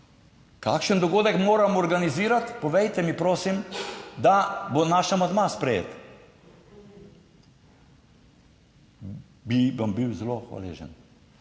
kakšen dogodek moramo organizirati. Povejte mi prosim, da bo naš amandma sprejet. Bi vam bil zelo hvaležen.